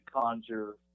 conjure